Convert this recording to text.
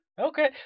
okay